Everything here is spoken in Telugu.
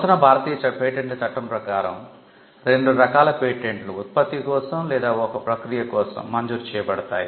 నూతన భారతీయ పేటెంట్ల చట్టం ప్రకారం రెండు రకాల పేటెంట్లు ఉత్పత్తి కోసం లేదా ఒక ప్రక్రియ కోసం మంజూరు చేయబడతాయి